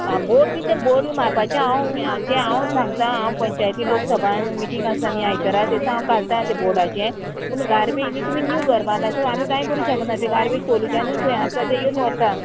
आं बोर्ड बी तें बोर्ड बी मारपाचें हांव तें हांव सांगतां हांव पंचायती लोक सभान मिटींग आसता न्ही आयतारा तें दिसा हांव घालता तें बोर्डाचे पूण गार्बेज न्ही तुमी न्यू करपा लाय कांय करूं शकना तें गार्बेज पोलुच्यानू थूंय आसा ते येवन व्हरता